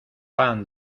pan